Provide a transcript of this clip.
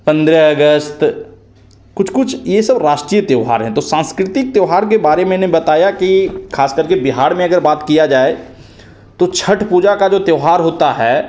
पंद्रह अगस्त कुछ कुछ ये सब राष्ट्रीय त्यौहार हैं तो सांस्कृतिक त्यौहार के बारे मैंने बताया कि ख़ासकर के बिहार में अगर बात किया जाए तो छठ पूजा का जो त्यौहार होता है